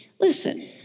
Listen